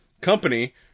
company